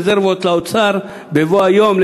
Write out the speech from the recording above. רזרבות לאוצר בבוא היום,